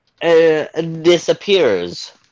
disappears